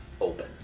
open